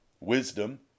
Wisdom